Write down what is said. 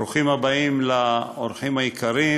ברוכים הבאים האורחים היקרים,